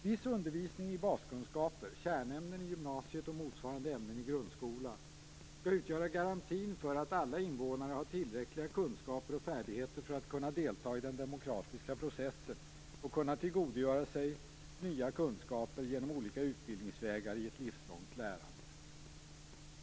Viss undervisning i baskunskaper, kärnämnen i gymnasiet och motsvarande ämnen i grundskolan skall utgöra garantin för att alla invånare har tillräckliga kunskaper och färdigheter för att kunna delta i den demokratiska processen och kunna tillgodogöra sig nya kunskaper genom olika utbildningsvägar i ett livslångt lärande.